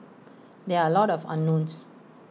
there are A lot of unknowns